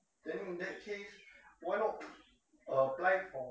then in that case why not apply for